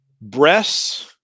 breasts